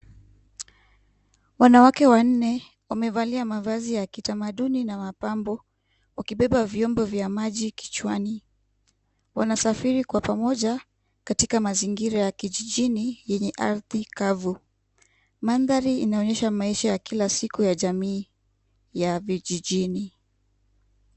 Wanawake wanne wamevalia mavazi ya kitamaduni na mapambo wakibeba viombo vya maji kichwani wanasafiri kwa pamoja katika mazingira ya kijijini yenye ardhi kavu. Mandhari inaonyesha maisha ya kila siku ya jamiii ya vijijini.